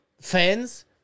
fans